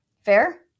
fair